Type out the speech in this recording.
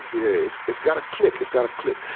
it's, it's gotta click. it's gotta click.